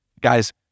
Guys